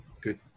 good